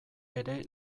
ere